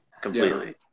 completely